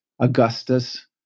Augustus